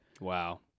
Wow